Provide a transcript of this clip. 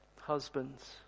Husbands